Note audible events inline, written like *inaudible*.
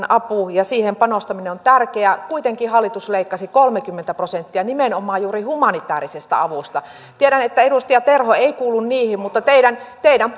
*unintelligible* apu ja siihen panostaminen on tärkeää kuitenkin hallitus leikkasi kolmekymmentä prosenttia nimenomaan juuri humanitaarisesta avusta tiedän että edustaja terho ei kuulu niihin mutta teidän teidän *unintelligible*